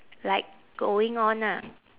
like going on ah